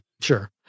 Sure